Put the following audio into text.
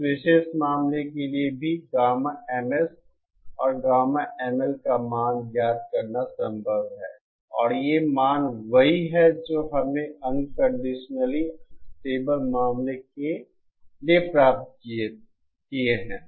इस विशेष मामले के लिए भी गामा MS और गामा ML का मान ज्ञात करना संभव है और ये मान वही हैं जो हमने अनकंडीशनली स्टेबल मामला के लिए प्राप्त किए हैं